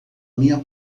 minha